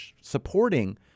supporting